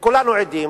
וכולנו עדים,